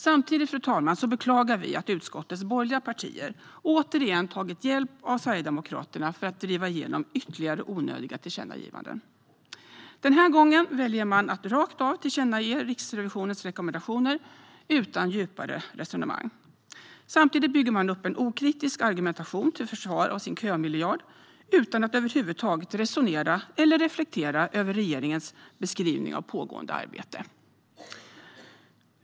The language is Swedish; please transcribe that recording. Samtidigt, fru talman, beklagar vi att utskottets borgerliga partier återigen tagit hjälp av Sverigedemokraterna för att driva igenom ytterligare onödiga tillkännagivanden. Den här gången väljer man att rakt av tillkännage Riksrevisionens rekommendationer utan djupare resonemang. Samtidigt bygger man upp en okritisk argumentation till försvar för sin kömiljard utan att över huvud taget resonera eller reflektera över regeringens beskrivning av pågående arbete.